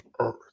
earth